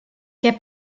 què